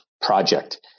project